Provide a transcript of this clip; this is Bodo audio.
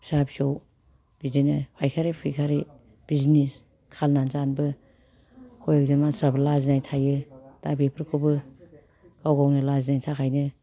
फिसा फिसौ बिदिनो फाइखारि फुइखारि बिजिनिस खालायनानै जानोबो खय एकजन मानसिफ्राबो लाजिनाय थायो दा बेफोरखौबो गाव गावनो लाजिनायनि थाखायनो